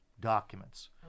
documents